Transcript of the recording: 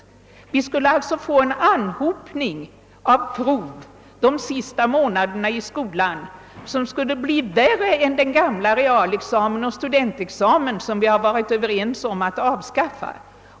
Det skulle alltså bli en anhopning av prov de sista månaderna i skolan, som skulle bli värre än den gamla realexamen och studentexamen, som vi varit överens om att avskaffa.